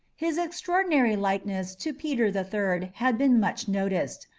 his extraordinary likeness to peter the third had been much noticed,